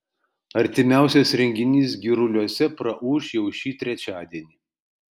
artimiausias renginys giruliuose praūš jau šį trečiadienį